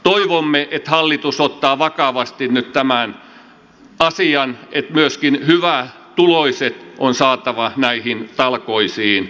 toivomme että hallitus ottaa vakavasti nyt tämän asian että myöskin hyvätuloiset on saatava näihin talkoisiin mukaan